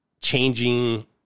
changing